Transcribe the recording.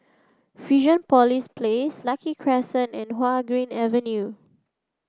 Fusionopolis Place Lucky Crescent and Hua Guan Avenue